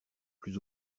plus